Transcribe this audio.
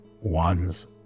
one's